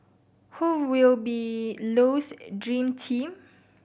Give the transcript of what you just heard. who will be Low's dream team